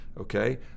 Okay